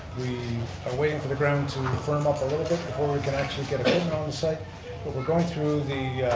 we are waiting for the ground to firm up a little bit before we can actually get a thing on site. but we're going through the